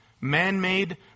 Man-made